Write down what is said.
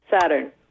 Saturn